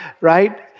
right